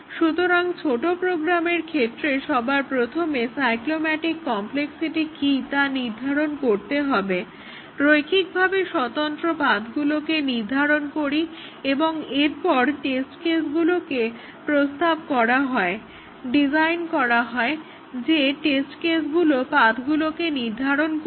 সুতরাং ছোট প্রোগ্রামের ক্ষেত্রে আমরা সবার প্রথমে সাইক্লোম্যাটিক কমপ্লেক্সিটি কি তা নির্ধারণ করি রৈখিকভাবে স্বতন্ত্র পাথগুলোকে নির্ধারণ করি এবং এরপর টেস্ট কেসগুলোকে প্রস্তাব করা হয় ডিজাইন করা হয় যে টেস্ট কেসগুলো পাথগুলোকে নির্ধারণ করবে